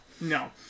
No